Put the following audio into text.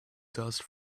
dust